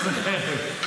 איזה חרב?